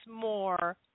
more